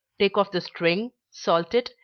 take off the string, salt it,